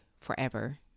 forever